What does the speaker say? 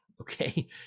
okay